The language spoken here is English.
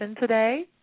today